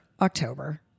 October